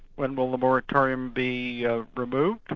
when will the moratorium be ah removed?